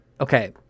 okay